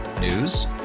News